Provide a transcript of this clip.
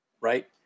right